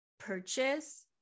purchase